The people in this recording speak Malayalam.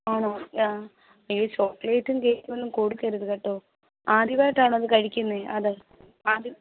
ആണോ ആ അയ്യോ ചോക്ലേറ്റും കേക്കും ഒന്നും കൊടുക്കരുത് കേട്ടോ ആദ്യമായിട്ടാണോ ഇത് കഴിക്കുന്നത് അത് ആദ്യം